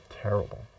terrible